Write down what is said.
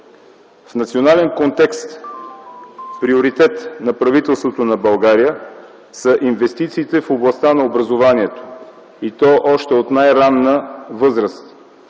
В национален контекст приоритет на правителството на България са инвестициите в областта на образованието и то още от най-ранна възраст,